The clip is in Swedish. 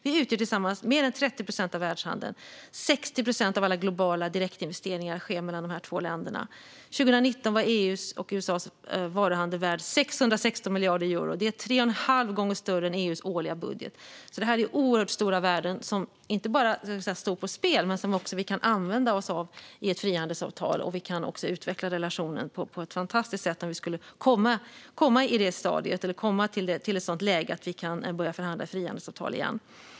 Vi utgör tillsammans mer än 30 procent av världshandeln. Av alla globala direktinvesteringar sker 60 procent mellan dessa två områden. EU:s och USA:s varuhandel var 2019 värd 616 miljarder euro, vilket är tre och en halv gånger EU:s årliga budget. Det är alltså oerhört stora värden som inte bara står på spel utan som vi också kan använda oss av i ett frihandelsavtal. Vi kan också utveckla relationen på ett fantastiskt sätt om vi skulle komma till ett sådant läge att vi kan börja förhandla om ett frihandelsavtal igen.